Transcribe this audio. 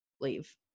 leave